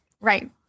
Right